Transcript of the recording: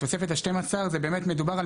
התוספת השתים עשרה זה באמת מדובר על